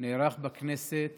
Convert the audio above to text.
נערך בכנסת